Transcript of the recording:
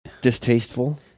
Distasteful